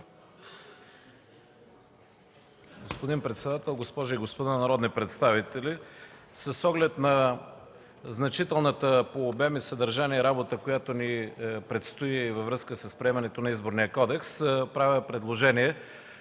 Господин председател, госпожи и господа народни представители! С оглед на значителната по обем и съдържание работа, която ни предстои във връзка с приемането на Изборния кодекс, правя предложение